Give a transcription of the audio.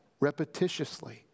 repetitiously